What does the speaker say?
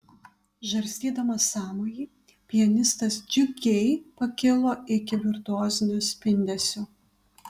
žarstydamas sąmojį pianistas džiugiai pakilo iki virtuozinio spindesio